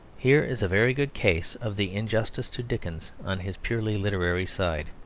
here is a very good case of the injustice to dickens on his purely literary side.